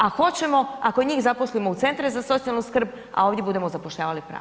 A hoćemo ako njih zaposlimo u centre za socijalnu skrb, a ovdje budemo zapošljavali pravnike.